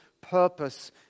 purpose